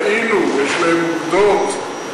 טעינו, יש להם אוגדות.